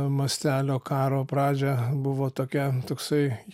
mastelio karo pradžią buvo tokia toksai